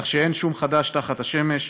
כך שאין שום חדש תחת השמש.